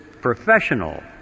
professional